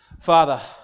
Father